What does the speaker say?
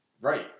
right